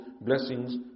blessings